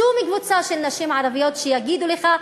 שום קבוצה של נשים ערביות שיגידו לך: